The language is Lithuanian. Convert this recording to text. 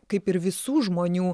kaip ir visų žmonių